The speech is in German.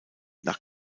nach